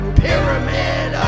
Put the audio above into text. pyramid